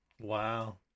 Wow